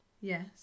yes